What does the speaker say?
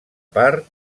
per